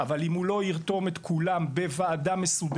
אבל אם הוא לא ירתום את כולם בוועדה מסודרת,